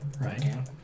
right